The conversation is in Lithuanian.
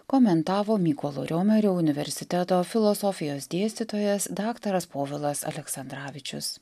komentavo mykolo riomerio universiteto filosofijos dėstytojas daktaras povilas aleksandravičius